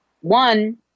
one